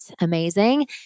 Amazing